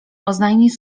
oznajmił